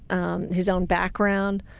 um his own background.